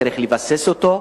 וצריך לבסס אותו,